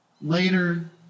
Later